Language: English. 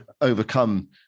overcome